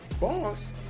boss